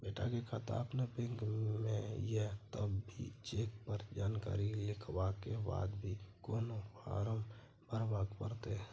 बेटा के खाता अपने बैंक में ये तब की चेक पर जानकारी लिखवा के बाद भी कोनो फारम भरबाक परतै?